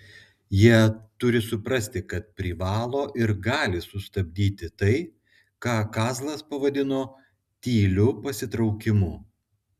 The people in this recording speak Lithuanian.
jie turi suprasti kad privalo ir gali sustabdyti tai ką kazlas pavadino tyliu pasitraukimu